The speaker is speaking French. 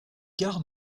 gardes